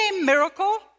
miracle